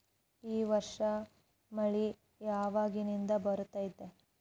ಈ ವರ್ಷ ಮಳಿ ಯಾವಾಗಿನಿಂದ ಬರುತ್ತದೆ?